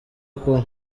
akora